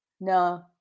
no